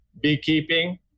beekeeping